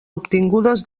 obtingudes